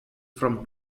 from